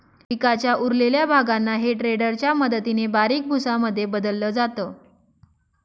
पिकाच्या उरलेल्या भागांना हे टेडर च्या मदतीने बारीक भुसा मध्ये बदलल जात